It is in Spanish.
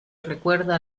recuerda